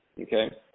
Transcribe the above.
Okay